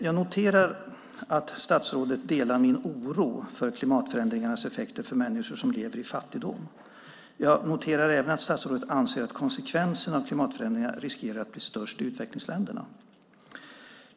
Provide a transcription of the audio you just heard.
Jag noterar att statsrådet delar min oro för klimatförändringarnas effekter för människor som lever i fattigdom. Jag noterar även att statsrådet anser att konsekvenserna av klimatförändringarna riskerar att bli störst i utvecklingsländerna.